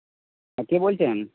কে বলছেন